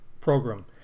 program